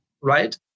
right